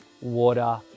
water